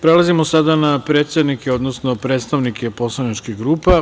Prelazimo sada na predsednike, odnosno predstavnike poslaničkih grupa.